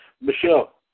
Michelle